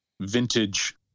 vintage